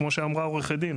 כמו שאמרה עורכת הדין,